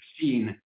seen